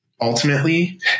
ultimately